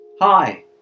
Hi